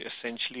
essentially